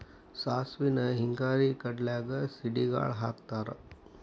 ಸಾಸ್ಮಿನ ಹಿಂಗಾರಿ ಕಡ್ಲ್ಯಾಗ ಸಿಡಿಗಾಳ ಹಾಕತಾರ